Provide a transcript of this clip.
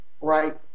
right